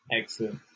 Excellent